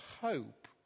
hope